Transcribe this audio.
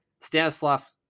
stanislav